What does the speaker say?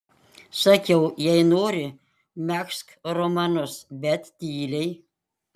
sakiau jei nori megzk romanus bet tyliai